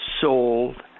sold